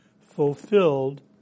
fulfilled